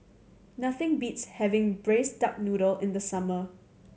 nothing beats having Braised Duck Noodle in the summer